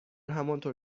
همانطور